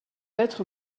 être